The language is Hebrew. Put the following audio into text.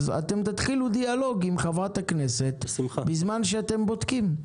אז אתם תתחילו דיאלוג עם חברת הכנסת בזמן שאתם בודקים.